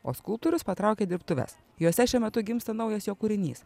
o skulptorius patraukė dirbtuves jose šiuo metu gimsta naujas jo kūrinys